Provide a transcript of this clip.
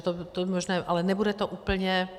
To je možné, ale nebude to úplně...